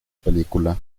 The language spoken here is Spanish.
película